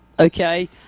Okay